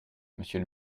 monsieur